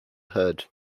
heard